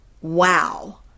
wow